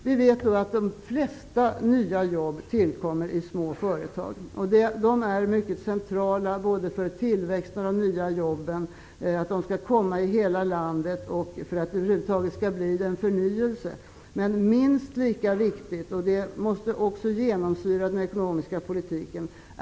Vi vet att de flesta nya jobb tillkommer i små företag. Att det skapas nya småföretag i hela landet är mycket centralt för tillväxten, de nya jobben och för att det över huvud taget skall bli en förnyelse. Men minst lika viktigt är att de företag som finns kan utvecklas och växa.